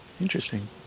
Interesting